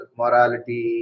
morality